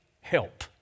help